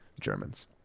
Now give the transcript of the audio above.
Germans